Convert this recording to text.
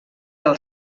del